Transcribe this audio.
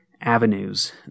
avenues